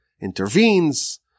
intervenes